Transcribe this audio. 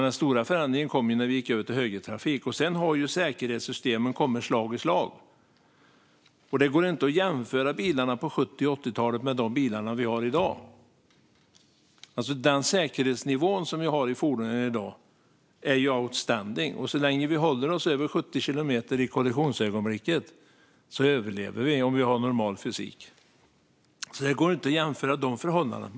Den stora förändringen kom när vi gick över till högertrafik. Sedan har säkerhetssystemen kommit slag i slag. Det går inte att jämföra bilarna på 70 och 80-talen med de bilar vi har i dag. Den säkerhetsnivå vi har i fordonen i dag är outstanding. Så länge vi håller oss under 70 kilometer i kollisionsögonblicket överlever vi, om vi har normal fysik. Det går alltså inte att jämföra de förhållandena.